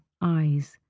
eyes